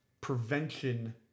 prevention